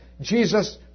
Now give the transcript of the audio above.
Jesus